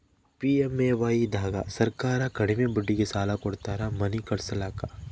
PMAY ದಾಗ ಸರ್ಕಾರ ಕಡಿಮಿ ಬಡ್ಡಿಗೆ ಸಾಲ ಕೊಡ್ತಾರ ಮನಿ ಕಟ್ಸ್ಕೊಲಾಕ